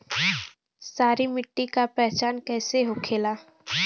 सारी मिट्टी का पहचान कैसे होखेला?